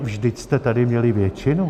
Vždyť jste tady měli většinu.